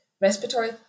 Respiratory